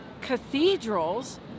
cathedrals